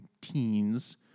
teens